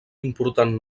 important